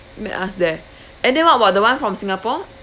let me ask them and then what about the [one] from singapore